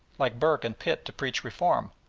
like burke and pitt to preach reform,